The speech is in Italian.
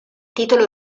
titolo